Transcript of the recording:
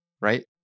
right